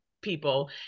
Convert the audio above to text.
people